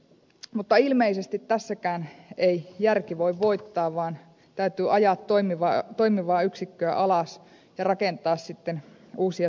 mutta ilmeisesti tässäkään ei järki voi voittaa vaan täytyy ajaa toimivaa yksikköä alas ja rakentaa sitten uusia sellejä muualle